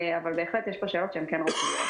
אבל בהחלט יש פה שאלות שהן כן רוחביות.